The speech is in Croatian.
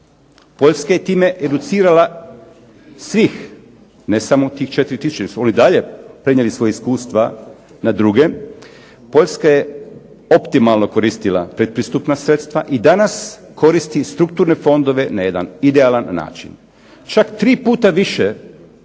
Poljska je time educirala svih, ne samo tih 4 tisuće, jer su oni dalje prenijeli svoja iskustva na druge, Poljska je optimalno koristila pretpristupna sredstva i danas koristi strukturne fondove na jedan idealan način. Čak tri puta više